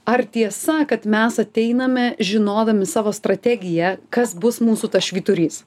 ar tiesa kad mes ateiname žinodami savo strategiją kas bus mūsų tas švyturys